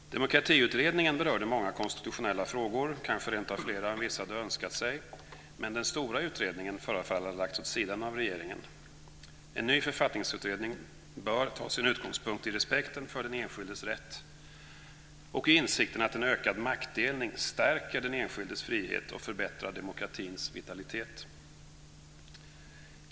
Demokratiutredningen berörde många konstitutionella frågor, kanske rentav fler än vissa hade önskat sig. Men den stora utredningen förefaller ha lagts åt sidan av regeringen. En ny författningsutredning bör ta sin utgångspunkt i respekten för den enskildes rätt och i insikten att en ökad maktdelning stärker den enskildes frihet och förbättrar demokratins vitalitet.